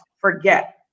forget